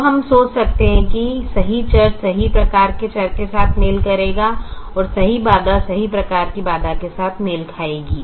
तो हम सोच सकते हैं कि सही चर सही प्रकार के चर के साथ मेल करेगा और सही बाधा सही प्रकार की बाधा के साथ मेल खाएगी